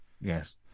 Yes